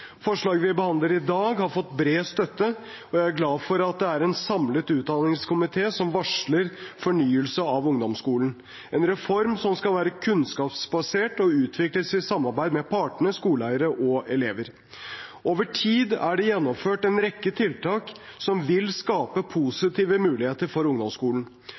Forslaget vi behandler i dag, har fått bred støtte, og jeg er glad for at det er en samlet utdanningskomité som varsler fornyelse av ungdomsskolen, en reform som skal være kunnskapsbasert og utvikles i samarbeid med partene, skoleeiere og elever. Over tid er det gjennomført en rekke tiltak som vil skape positive muligheter for ungdomsskolen.